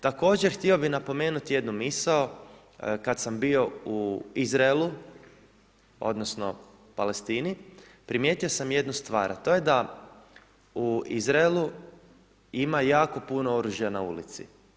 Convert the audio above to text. Također htio bih napomenuti jednu misao kad sam bio u Izraelu, odnosno Palestini, primijetio sam jednu stvar, a to je da u Izraelu ima jako puno oružja na ulici.